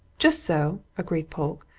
just so! agreed polke.